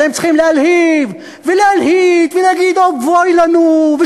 אבל הם צריכים להלהיב ולהלהיט ולהגיד: אבוי לנו,